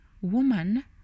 Woman